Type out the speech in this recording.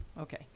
Okay